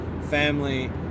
family